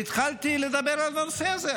והתחלתי לדבר אז על הנושא הזה.